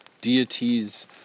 deities